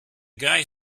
guy